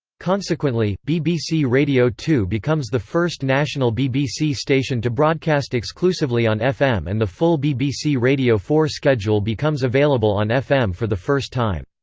consequently, bbc radio two becomes the first national bbc station to broadcast exclusively on fm and the full bbc radio four schedule becomes available on fm for the first time.